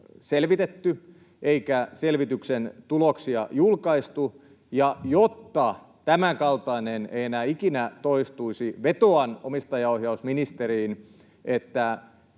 selvitetty eikä selvityksen tuloksia julkaistu. Jotta tämänkaltainen ei enää ikinä toistuisi, vetoan omistajaohjausministeriin, että